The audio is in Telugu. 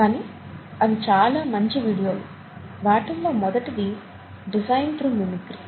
కానీ అవి చాల మంచి వీడియోలు వాటిల్లో మొదటిది డిజైన్ త్రు మిమిక్రీ